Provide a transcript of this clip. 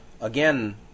again